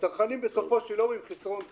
והצרכנים בסופו של יום עם חיסרון כיס.